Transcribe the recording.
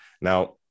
Now